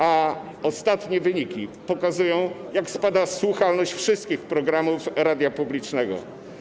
A ostatnie wyniki pokazują, jak spada słuchalność wszystkich programów radia publicznego.